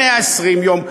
בתוך 120 יום,